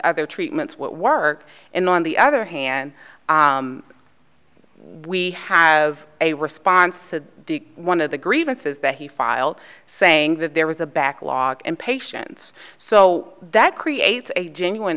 other treatments what work and on the other hand we have a response to the one of the grievances that he filed saying that there was a backlog in patients so that creates a genuine